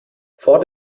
vor